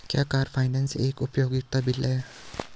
क्या car finance एक उपयोगिता बिल है?